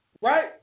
right